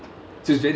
it's very realistic